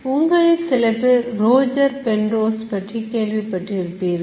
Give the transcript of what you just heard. உங்களில் சிலபேர் Roger Penrose பற்றி கேள்விப்பட்டிருப்பீர்கள்